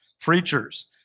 preachers